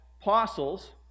apostles